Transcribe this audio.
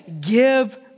give